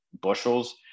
bushels